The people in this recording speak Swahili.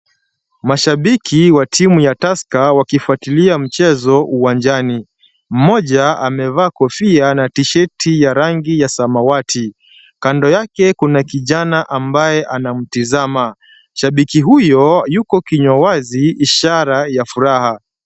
Mashabiki wa timu ya Tusker wakifuatilia mchezo uwanjani, mmoja amevaa kofia na tisheti ya rangi ya samawati. Kando yake kuna kijana ambaye anamtazama. Shabiki huyo yuko kinywa wazi ishara ya furaha.